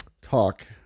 talk